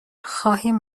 خواهیم